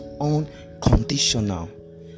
unconditional